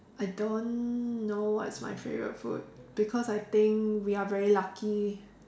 I don't know what's my favourite food because I think we are very lucky